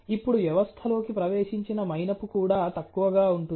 ఇప్పుడు వ్యవస్థలోకి ప్రవేశించిన మైనపు కూడా తక్కువగా ఉంటుంది